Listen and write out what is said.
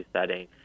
setting